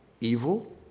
evil